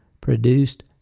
produced